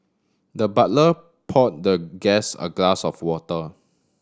the butler pour the guest a glass of water